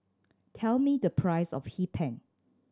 tell me the price of Hee Pan